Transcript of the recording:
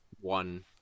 one